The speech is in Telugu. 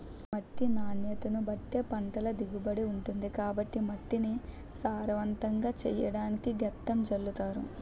మట్టి నాణ్యతను బట్టే పంటల దిగుబడి ఉంటుంది కాబట్టి మట్టిని సారవంతంగా చెయ్యడానికి గెత్తం జల్లుతారు